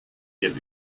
give